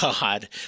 God